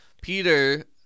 Peter